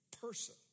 person